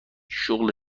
شغل